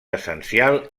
essencial